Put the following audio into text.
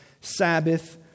Sabbath